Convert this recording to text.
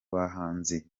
bahanzi